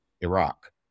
Iraq